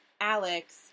alex